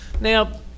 Now